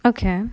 okay